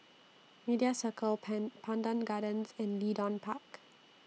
Media Circle Pan Pandan Gardens and Leedon Park